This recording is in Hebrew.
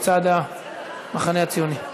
מצד המחנה הציוני.